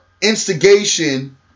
instigation